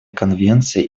конвенции